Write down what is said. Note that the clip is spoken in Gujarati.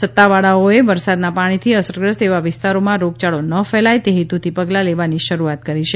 સત્તાવાળાઓએ વરસાદના પાણીથી અસરગ્રસ્ત એવા વિસ્તારોમાં રોગચાળો ન ફેલાય તે હેતુથી પગલાં લેવાની શરૂઆત કરી છે